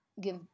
give